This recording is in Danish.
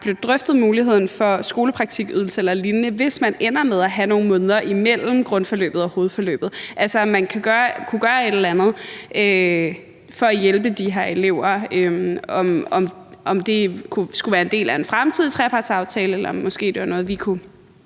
der blev drøftet muligheden for skolepraktikydelse eller lignende, i forbindelse med at man skulle ende med at have nogle måneder imellem grundforløbet og hovedforløbet, altså om man kunne gøre et eller andet for at hjælpe de her elever, altså om det skulle være en del af en fremtidig trepartsaftale, eller om det måske er noget, vi kunne